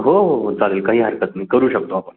हो हो हो चालेल काही हरकत नाही करू शकतो आपण